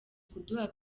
kuduha